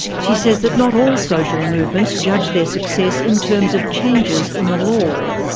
she says that not all social movements judge their success in terms of changes in the law.